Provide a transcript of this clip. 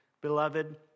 Beloved